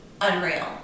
unreal